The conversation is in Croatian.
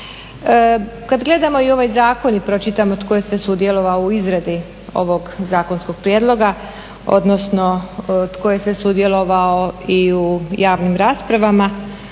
Kad gledamo i ovaj zakon i pročitamo tko je sve sudjelovao u izradi ovog zakonskog prijedloga odnosno, tko je sve sudjelovao i u javnim raspravama,